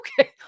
Okay